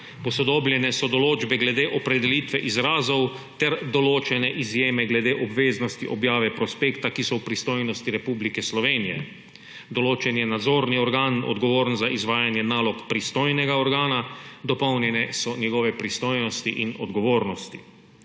Posodobljene so določbe glede opredelitve izrazov ter določene izjeme glede obveznosti objave prospekta, ki so v pristojnosti Republike Slovenije. Določen je nadzorni organ, odgovoren za izvajanje nalog pristojnega organa, dopolnjene so njegove pristojnosti in odgovornosti;